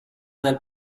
del